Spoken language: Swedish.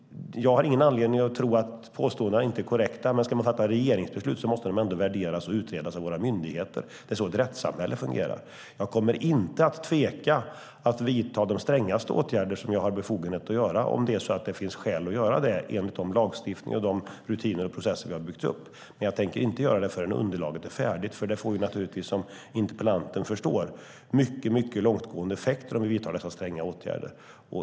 Jag har ingen anledning att tro att påståendena inte är korrekta, men ska man fatta regeringsbeslut måste de värderas och utredas av våra myndigheter. Det är så ett rättssamhälle fungerar. Jag kommer inte att tveka att vidta de strängaste åtgärder som jag har befogenhet att vidta om det finns skäl att göra det enligt den lagstiftning och de rutiner och processer som vi har byggt upp. Men jag tänker inte göra det förrän underlaget är färdigt. Det får naturligtvis, som interpellanten förstår, mycket långtgående effekter om vi vidtar dessa stränga åtgärder.